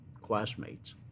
classmates